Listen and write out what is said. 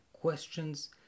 questions